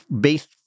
based